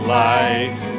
life